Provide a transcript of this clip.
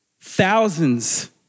thousands